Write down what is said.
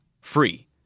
free